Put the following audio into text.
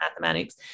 mathematics